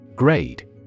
Grade